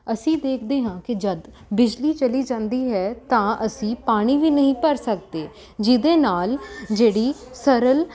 ਅਸੀਂ ਦੇਖਦੇ ਹਾਂ ਕਿ ਜਦ ਬਿਜਲੀ ਚਲੀ ਜਾਂਦੀ ਹੈ ਤਾਂ ਅਸੀਂ ਪਾਣੀ ਵੀ ਨਹੀਂ ਭਰ ਸਕਦੇ ਜਿਹਦੇ ਨਾਲ ਜਿਹੜੀ ਸਰਲ